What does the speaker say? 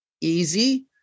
easy